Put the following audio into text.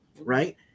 Right